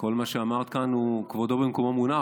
וכל מה שאמרת כאן כבודו במקומו מונח,